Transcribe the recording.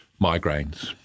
migraines